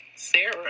sarah